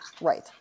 right